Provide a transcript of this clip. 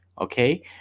Okay